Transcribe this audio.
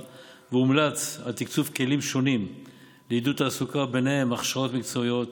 והומלץ על תקצוב כלים שונים לעידוד תעסוקה ובהם הכשרות מקצועיות,